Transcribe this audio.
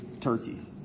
Turkey